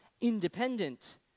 independent